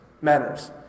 manners